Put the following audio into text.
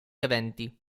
eventi